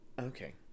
Okay